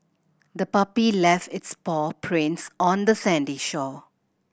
the puppy left its paw prints on the sandy shore